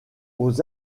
aux